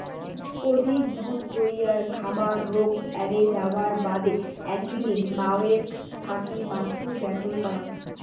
অধিক দুধ তৈয়ার খামার রোগ এ্যারে যাবার বাদে একদিনে মাওয়ের থাকি বাছুরক ব্যাগল করাং